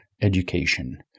education